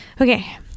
Okay